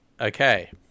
okay